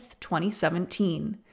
2017